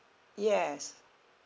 yes